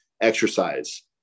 exercise